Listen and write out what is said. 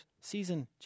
season